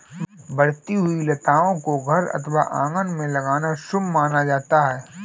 बढ़ती हुई लताओं को घर अथवा आंगन में लगाना शुभ माना जाता है